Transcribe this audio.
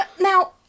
Now